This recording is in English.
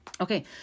Okay